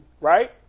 right